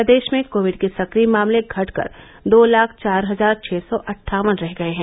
प्रदेश में कोविड के सक्रिय मामले घट कर दो लाख चार हजार छः सौ अट्ठावन रह गये हैं